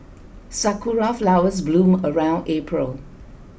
sakura flowers bloom around April